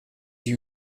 huit